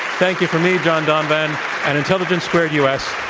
thank you from me, john donvan and intelligence squared u. s.